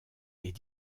est